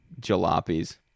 jalopies